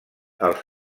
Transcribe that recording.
els